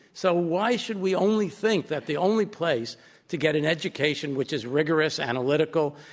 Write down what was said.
so why should we only think that the only place to get an education which is rigorous, analytical,